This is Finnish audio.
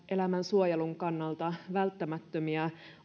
elämän suojelun kannalta välttämättömiä